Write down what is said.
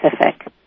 Pacific